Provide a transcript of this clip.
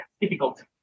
difficult